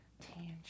tangent